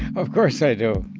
of course, i do.